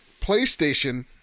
PlayStation